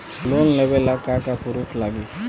Loan लेबे ला का का पुरुफ लागि?